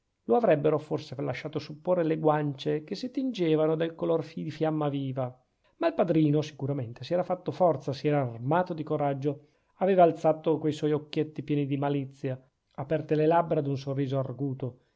lo avrebbero forse lasciato supporre le guance che si tingevano del color di fiamma viva ma il padrino sicuramente si era fatto forza si era armato di coraggio aveva alzato que suoi occhietti pieni di malizia aperte le labbra ad un sorriso arguto